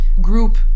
group